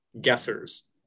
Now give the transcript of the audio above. guessers